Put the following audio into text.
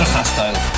Hostile